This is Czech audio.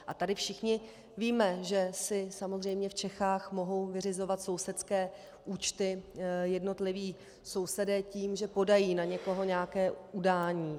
A tady všichni víme, že si samozřejmě v Čechách mohou vyřizovat sousedské účty jednotliví sousedé tím, že podají na někoho nějaké udání.